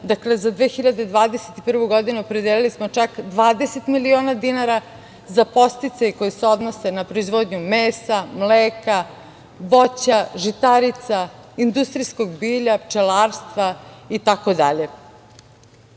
dakle, za 2021. godinu opredelili smo čak 20 miliona dinara za podsticaje koji se odnose na proizvodnju mesa, mleka, voća, žitarica, industrijskog bilja, pčelarstva